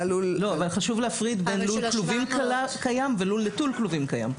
חשוב להפריד בין לול כלובים קיים ולול נטול כלובים קיים.